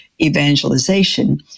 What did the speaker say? evangelization